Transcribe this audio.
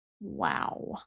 Wow